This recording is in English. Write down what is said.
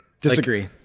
Disagree